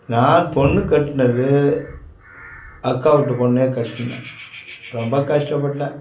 நான் பொண்ணு கட்டினது அக்கா வீட்டு பெண்ணே கட்டினேன் ரொம்ப கஷ்டப்பட்டேன்